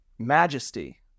majesty